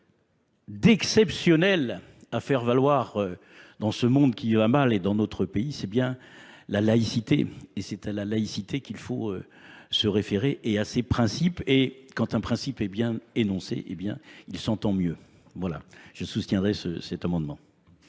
d'exceptionnel à faire valoir dans ce monde qui va mal et dans notre pays, c'est bien la laïcité. Et c'est à la laïcité qu'il faut se référer et à ces principes. Et quand un principe est bien énoncé, eh bien, il s'entend mieux. Voilà. Je soutiendrai cet amendement.